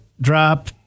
drop